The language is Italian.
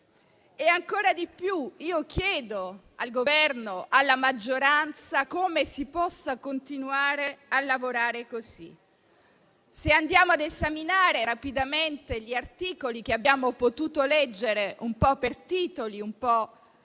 E, ancora di più, io chiedo al Governo e alla maggioranza come si possa continuare a lavorare così. Se andiamo ad esaminare rapidamente gli articoli, un po' per titoli e un po'